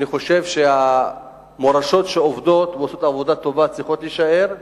אני חושב שהמועצות שעובדות ועושות עבודה טובה צריכות להישאר,